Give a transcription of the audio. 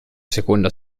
seconda